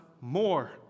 more